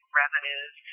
revenues